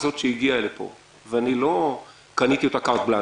אני לא קניתי את הצעת החוק הזו שהגיעה לפה קארט בלאנש.